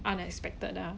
unexpected ah